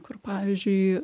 kur pavyzdžiui